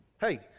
hey